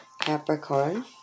Capricorn